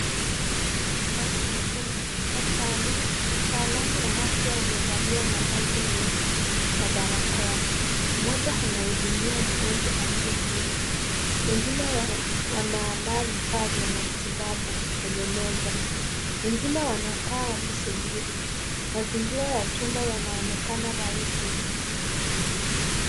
Ndani ya chumba wataalamu wa afya wamevalia mavazi meupe na barakoa. Mmoja anahudumia mgonjwa aliyeketi. Wengine wanaandaa vifaa vya matibabu kwe meza. Wengine wanakaa wakisubiri. Mazingira ya chumba yanaonekana rahisi.